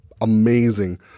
amazing